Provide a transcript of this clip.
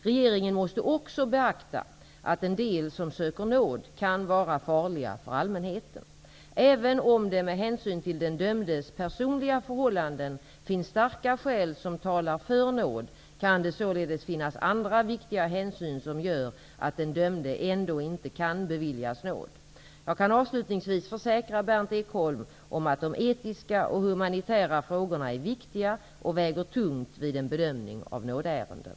Regeringen måste också beakta att en del som söker nåd kan vara farliga för allmänheten. Även om det med hänsyn till den dömdes personliga förhållanden finns starka skäl som talar för nåd kan det således finnas andra viktiga hänsyn som gör att den dömde ändå inte kan beviljas nåd. Jag kan avslutningsvis försäkra Berndt Ekholm om att de etiska och humanitära frågorna är viktiga och väger tungt vid en bedömning av nådeärenden.